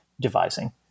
devising